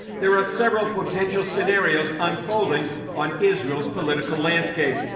there are several potential scenarios unfolding on israel's political landscape.